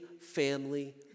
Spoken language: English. family